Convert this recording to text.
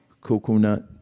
coconut